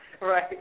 right